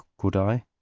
could i?